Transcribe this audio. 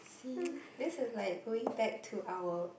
see this is like going back to our